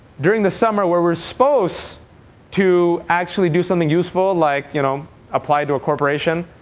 during the summer, where we're supposed to actually do something useful like you know apply to a corporation,